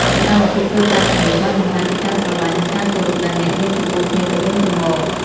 សកម្មភាពតូចតាចទាំងនេះបានបង្ហាញពីការស្រលាញ់និងការគោរពដែលអ្នកមានចំពោះគ្នាទៅវិញទៅមក។